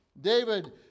David